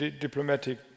diplomatic